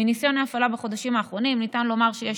מניסיון ההפעלה בחודשים האחרונים ניתן לומר שיש